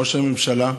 ראש הממשלה,